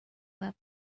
web